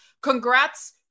congrats